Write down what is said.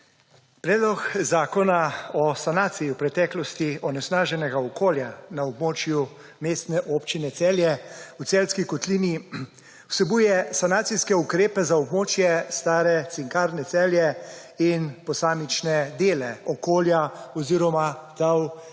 Predlog zakona o sanaciji v preteklosti onesnaženega okolja na območju Mestne občine Celje v Celjski kotlini vsebuje sanacijske ukrepe za območje stare Cinkarne Celje in posamične dele okolja oziroma tal na širšem